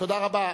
תודה רבה.